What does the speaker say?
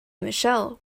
michelle